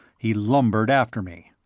he lumbered after me.